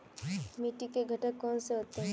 मिट्टी के घटक कौन से होते हैं?